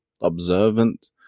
observant